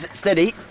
Steady